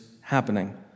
happening